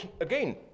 again